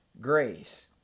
Grace